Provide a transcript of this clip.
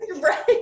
right